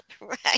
Right